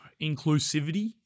inclusivity